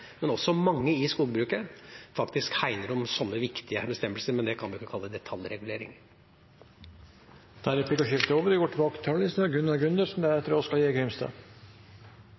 men også mange i skogbruket, faktisk hegner om sånne viktige bestemmelser. Men det kan vi ikke kalle detaljregulering. Dermed er replikkordskiftet omme. En får jo håpe en tur til